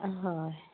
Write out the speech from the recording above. হয়